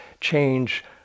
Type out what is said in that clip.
change